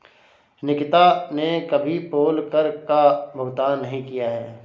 निकिता ने कभी पोल कर का भुगतान नहीं किया है